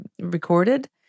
recorded